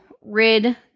rid